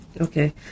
Okay